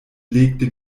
legte